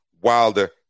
Wilder